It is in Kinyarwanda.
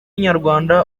nyarwanda